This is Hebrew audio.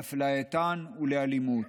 לאפלייתן ולאלימות.